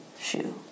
shoe